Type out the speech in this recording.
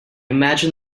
imagine